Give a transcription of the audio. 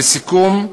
לסיכום,